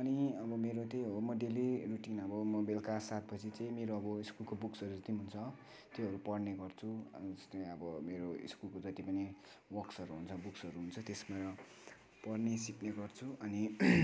अनि अब मेरो त्यही हो डेली रुटिन अब म बेलकी सात बजी चाहिँ मेरो अब स्कुलको बुकहरू जति पनि हुन्छ त्योहरू पढ्ने गर्छु जस्तै अब मेरो स्कुलको जति पनि वर्कसहरू हुन्छ बुक्सहरू हुन्छ त्यसमा पढ्ने सिक्ने गर्छु अनि